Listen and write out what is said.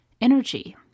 energy